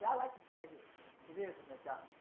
yeah like to change it. it is. and like um